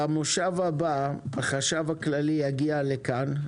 במושב הבא החשכ"ל יגיע לכאן,